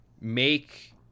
make